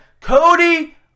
Cody